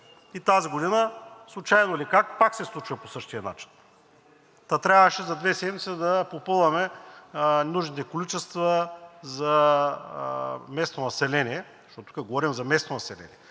Тази година, случайно или как, пак се случва по същия начин, та трябваше за две седмици да попълваме нужните количества за местното население, защото говорим за местното население.